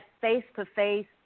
face-to-face